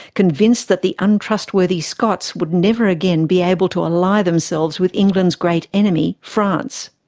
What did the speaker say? convinced that the untrustworthy scots would never again be able to ally themselves with england's great enemy, france.